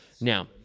Now